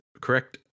correct